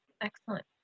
Excellent